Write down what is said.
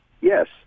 Yes